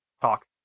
talk